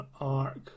arc